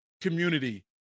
community